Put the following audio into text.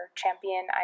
champion